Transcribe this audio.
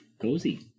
Cozy